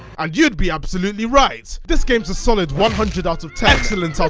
and you'd be absolutely right. this game is a solid one hundred ah